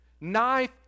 knife